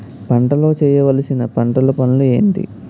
పంటలో చేయవలసిన పంటలు పనులు ఏంటి?